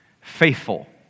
Faithful